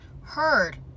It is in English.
heard